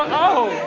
oh,